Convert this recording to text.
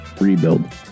rebuild